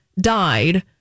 died